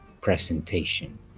presentation